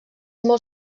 molt